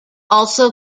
also